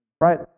Right